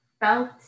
felt